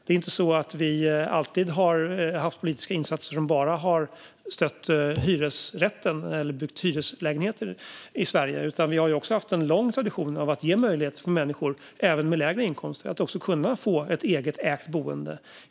Vi har inte alltid gjort politiska insatser som bara har stött hyresrätten eller byggt hyreslägenheter i Sverige, utan vi har också haft en lång tradition av att ge möjlighet även för människor med lägre inkomster att kunna få ett eget, ägt boende.